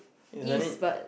isn't it